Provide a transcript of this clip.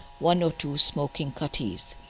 one or two smoking cutties.